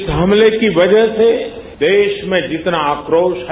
इस हमले की वजह से देश में जितना आक्रोश है